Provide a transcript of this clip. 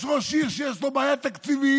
יש ראש עיר שיש לו בעיה תקציבית,